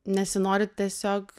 nesinori tiesiog